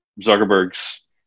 zuckerberg's